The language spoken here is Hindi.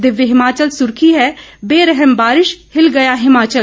दिव्य हिमाचल सुर्खी है बेरहम बारिश हिल गया हिमाचल